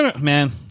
man